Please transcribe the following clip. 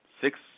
six